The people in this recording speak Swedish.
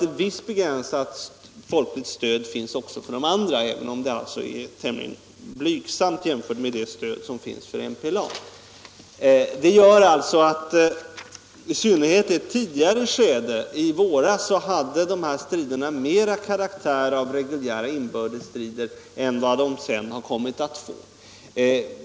Ett visst begränsat folkligt 2 december 1975 stöd finns alltså också för de andra, även om det är blygsamt jämfört — med stödet för MPLA. Om svenska initiativ I ett tidigare skede, i synnerhet i våras, hade striderna mer karaktären = till förmån för av reguljära inbördesstrider än vad de sedan kommit att få.